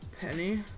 Penny